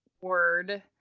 word